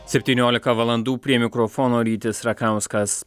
septyniolika valandų prie mikrofono rytis rakauskas